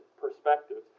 perspectives